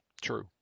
True